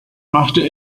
machte